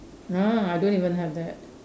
ah I don't even have that